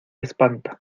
espanta